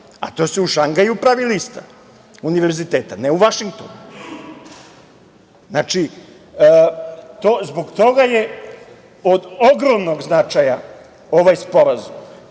a to se u Šangaju pravi lista univerziteta, ne u Vašingtonu. Zbog toga je od ogromnog značaja ovaj sporazum,